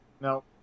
No